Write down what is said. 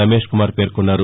రమేష్కుమార్ పేర్కొన్నారు